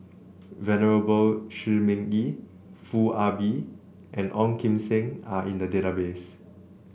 Venerable Shi Ming Yi Foo Ah Bee and Ong Kim Seng are in the database